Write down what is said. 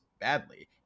badly